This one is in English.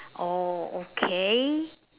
oh okay